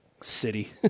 City